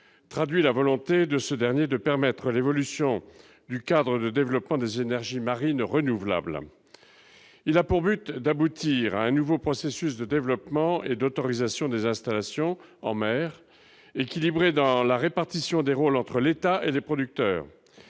traduit la volonté de ce dernier, de permettre l'évolution du cadre de développement des énergies marines renouvelables, il a pour but d'aboutir à un nouveau processus de développement et d'autorisation des installations en mer équilibré dans la répartition des rôles entre l'État et les producteurs,